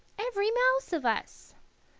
every mouse of us.